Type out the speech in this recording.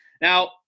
Now